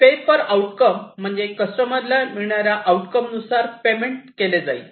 पे per outcome म्हणजे कस्टमरला मिळणाऱ्या आउट कम नुसार पेमेंट केले जाईल